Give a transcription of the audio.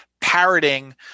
parroting